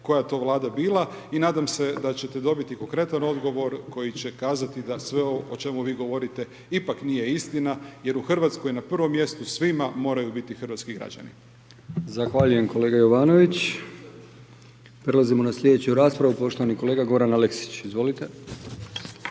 koja to Vlada bila i nadam se da ćete dobiti konkretan odgovor koji će kazati da sve ovo o čemu vi govorite ipak nije istina jer u Hrvatskoj na prvoj mjestu svima moraju biti hrvatski građani. **Brkić, Milijan (HDZ)** Zahvaljujem kolega Jovanović. Prelazimo na slijedeću raspravu, poštovani kolega Goran Aleksić, izvolite.